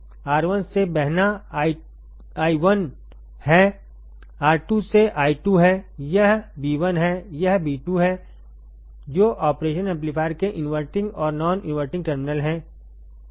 R1से बहनाi1 हैR2से i2 है यह Ib1 है यह I2है जो ऑपरेशन एम्पलीफायरकेइनवर्टिंग और नॉन इनवर्टिंग टर्मिनल है